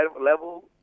level